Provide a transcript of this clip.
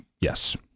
Yes